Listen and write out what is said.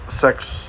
sex